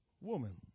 woman